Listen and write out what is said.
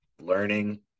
learning